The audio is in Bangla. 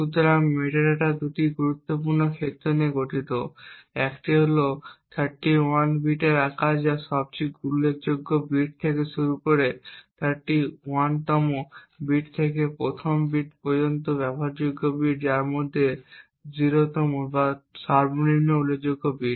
সুতরাং মেটাডেটা দুটি গুরুত্বপূর্ণ ক্ষেত্র নিয়ে গঠিত একটি হল 31 বিটের আকার যা সবচেয়ে উল্লেখযোগ্য বিট থেকে শুরু করে 31 তম বিট থেকে প্রথম বিট পর্যন্ত এবং ব্যবহারযোগ্য বিট যার মধ্যে 0 তম বা সর্বনিম্ন উল্লেখযোগ্য বিট